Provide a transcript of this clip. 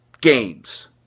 games